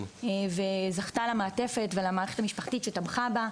זכתה למעטפת ולמערכת המשפחתית שתמכה בה.